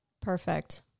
perfect